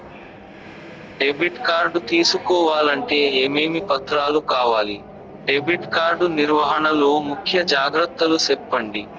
Debit card తీసుకోవాలంటే ఏమేమి పత్రాలు కావాలి? డెబిట్ కార్డు నిర్వహణ లో ముఖ్య జాగ్రత్తలు సెప్పండి?